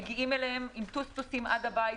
מגיעים אליהם עם טוסטוסים עד הבית,